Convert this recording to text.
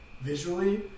visually